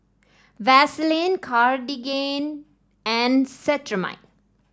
Vaselin Cartigain and Cetrimide